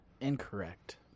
Incorrect